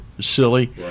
silly